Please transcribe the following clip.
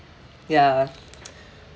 ya